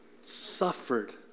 suffered